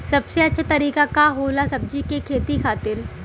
सबसे अच्छा तरीका का होला सब्जी के खेती खातिर?